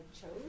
chose